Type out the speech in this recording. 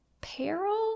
Peril